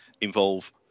involve